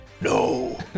no